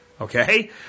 Okay